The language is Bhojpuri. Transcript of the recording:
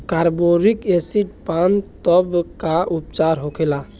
कारबोलिक एसिड पान तब का उपचार होखेला?